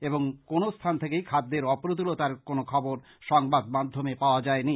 এবং কোনো স্থান থেকেই খাদ্যের অপ্রতুলতার কোনো খবর সংবাদ মাধ্যমে পাওয়া যায়নি